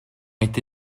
été